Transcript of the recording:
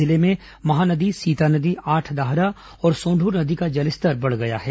जिले में महानदी सीतानदी आठदाहरा और सोंदूर नदी का जलस्तर बढ़ गया है